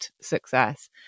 success